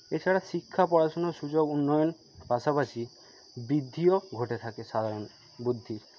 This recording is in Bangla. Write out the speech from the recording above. এছাড়া শিক্ষা পড়াশোনার সুযোগ উন্নয়ন পাশাপাশি বৃদ্ধিও ঘটে থাকে সাধারণ বুদ্ধির